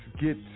get